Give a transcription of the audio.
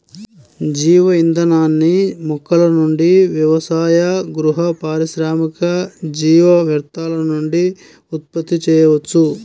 జీవ ఇంధనాన్ని మొక్కల నుండి వ్యవసాయ, గృహ, పారిశ్రామిక జీవ వ్యర్థాల నుండి ఉత్పత్తి చేయవచ్చు